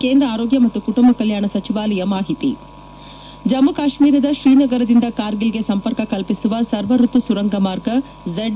ಕೇಂದ್ರ ಆರೋಗ್ಯ ಮತ್ತು ಕುಟುಂಬ ಕಲ್ಕಾಣ ಸಚಿವಾಲಯ ಮಾಹಿತಿ ಜಮ್ನು ಕಾಶ್ನೀರದ ತ್ರೀನಗರದಿಂದ ಕಾರ್ಗಿಲ್ಗೆ ಸಂಪರ್ಕ ಕಲ್ಪಿಸುವ ಸರ್ವಾಯತು ಸುರಂಗ ಮಾರ್ಗ ಝೆಡ್